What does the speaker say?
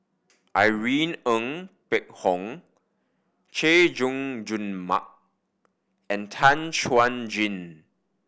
Irene Ng Phek Hoong Chay Jung Jun Mark and Tan Chuan Jin